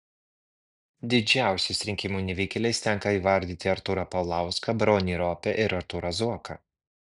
didžiausiais rinkimų nevykėliais tenka įvardyti artūrą paulauską bronį ropę ir artūrą zuoką